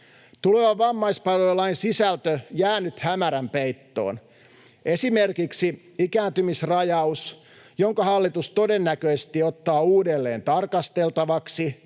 Tuleva vammaispalvelulain sisältö jää nyt hämärän peittoon. Esimerkiksi ikääntymisrajaus, jonka hallitus todennäköisesti ottaa uudelleen tarkasteltavaksi,